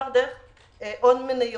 זה מועבר דרך הון מניות.